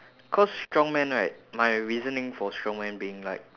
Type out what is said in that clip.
cause strongman right my reasoning for strongman being like